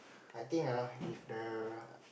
I think ah if the